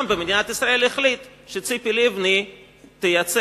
העם במדינת ישראל החליט שציפי לבני תייצג,